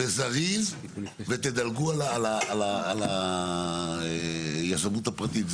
וזריז, ותדלגו על היזמות הפרטית.